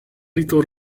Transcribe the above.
rito